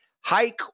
hike